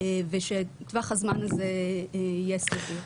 ושטווח הזמן הזה יהיה סגור.